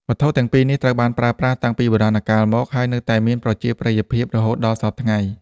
វត្ថុទាំងពីរនេះត្រូវបានប្រើប្រាស់តាំងពីបុរាណកាលមក ហើយនៅតែមានប្រជាប្រិយភាពរហូតដល់សព្វថ្ងៃ។